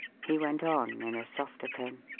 he went on in a softer tone